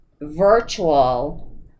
virtual